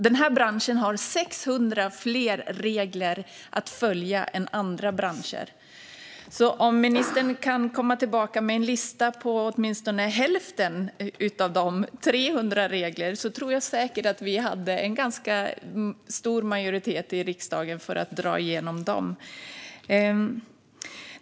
Den har 600 fler regler att följa än andra branscher, så om ministern åtminstone kan komma tillbaka med en lista med hälften, alltså 300 regler, tror jag säkert att vi skulle ha en ganska stor majoritet i riksdagen för att dra igenom dem.